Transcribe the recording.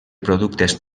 productes